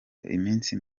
iminsi